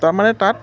তাৰমানে তাত